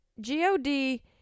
G-O-D